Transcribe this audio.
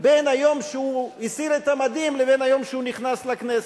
בין היום שהוא הסיר את המדים לבין היום שהוא נכנס לכנסת.